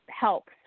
helps